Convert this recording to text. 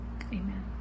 Amen